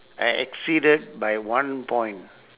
I exceeded by one point